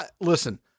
listen